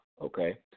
okay